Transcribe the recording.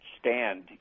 stand